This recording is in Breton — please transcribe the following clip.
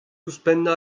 ouzhpennañ